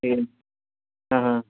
ಏನು ಹಾಂ ಹಾಂ